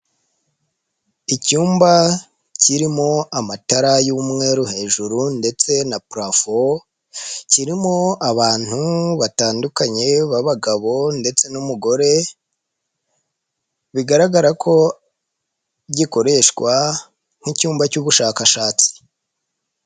Icyumba kirimo amatara y'umweru hejuru ndetse na parafo kirimo abantu batandukanye b'abagabo ndetse n'umugore bigaragara ko gikoreshwa nk'icyumba cy'ubushakashatsi.